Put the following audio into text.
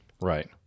Right